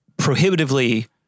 prohibitively